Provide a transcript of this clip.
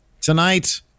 tonight